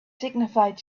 signified